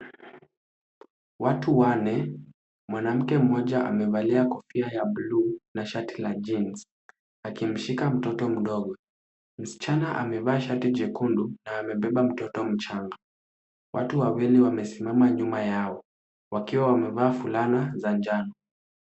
Watu wanne, mwanamke mmoja amevalia kofia ya bluu na shati la jeans akimshika mtoto mdogo. Msichana amevaa shati jekundu na amebeba mtoto mchanga. Watu wawili wamesimama nyuma yao wakiwa wamevaa fulana za njano.